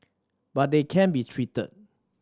but they can be treated